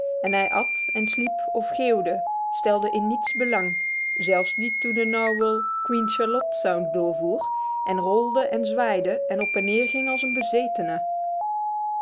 en hij at en sliep of geeuwde stelde in niets belang zelfs niet toen de narwhal queen charlotte sound doorvoer en rolde en zwaaide en op en neer ging als een bezetene